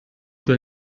wir